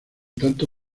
tanto